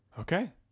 Okay